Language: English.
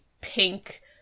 pink